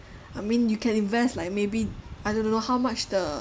I mean you can invest like maybe I don't know how much the